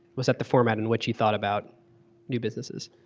was that the format in which you thought about new businesses?